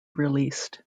released